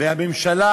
והממשלה,